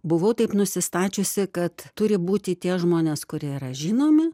buvau taip nusistačiusi kad turi būti tie žmonės kurie yra žinomi